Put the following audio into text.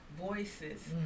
Voices